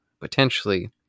potentially